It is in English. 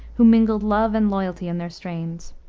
who mingled love and loyalty in their strains.